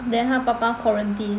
then 他爸爸 quarantine